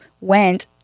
went